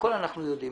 הכול אנחנו יודעים.